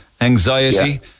anxiety